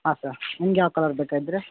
ಹಾಂ ಸರ್ ನಿಮ್ಗ ಯಾವ ಕಲರ್ ಬೇಕಾಯಿದ್ರಿ